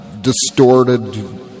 distorted